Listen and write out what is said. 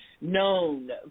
known